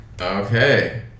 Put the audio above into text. Okay